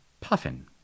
puffin